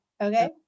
Okay